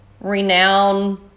renowned